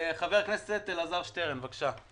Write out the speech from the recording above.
חבר הכנסת שטרן בבקשה.